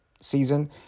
season